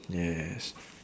yes